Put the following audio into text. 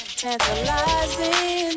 tantalizing